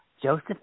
Joseph